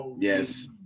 yes